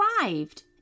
arrived